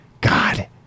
god